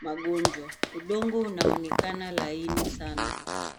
magonjwa. Udongo unaonekana laini sana.